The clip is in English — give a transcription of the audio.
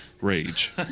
rage